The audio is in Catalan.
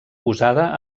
usada